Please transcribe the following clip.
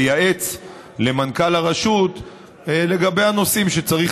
לייעץ למנכ"ל הרשות לגבי הנושאים שצריך